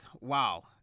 Wow